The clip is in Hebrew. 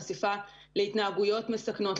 חשיפה להתנהגויות מסכנות,